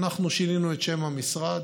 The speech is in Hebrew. אנחנו שינינו את שם המשרד.